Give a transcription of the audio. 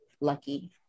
Lucky